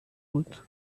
woot